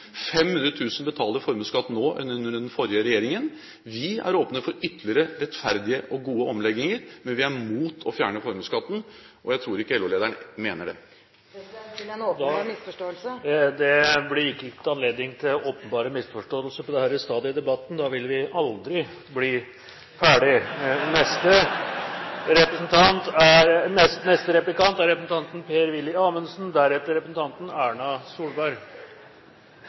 færre betaler formuesskatt nå enn under den forrige regjeringen. Vi er åpne for ytterligere rettferdige og gode omlegginger, men vi er imot å fjerne formuesskatten, og jeg tror ikke LO-lederen mener det. President. Til en åpenbar misforståelse. Det blir ikke gitt anledning til åpenbare misforståelser på dette stadiet i debatten. Da ville vi aldri bli ferdig. Neste replikant er representanten Per-Willy Amundsen.